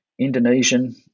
Indonesian